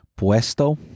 Puesto